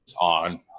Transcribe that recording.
on